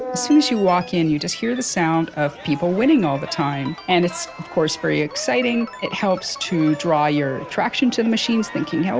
ah soon as you walk in, you just hear the sound of people winning all the time, and it's, of course, very exciting, and it helps to draw your attraction to the machines thinking, you know